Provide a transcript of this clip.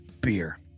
beer